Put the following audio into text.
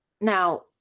Now